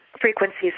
frequencies